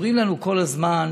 אומרים לנו כל הזמן,